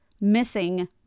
missing